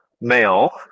male